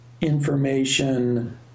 information